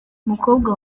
mukobwa